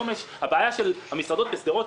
הבעיה של המסעדות בשדרות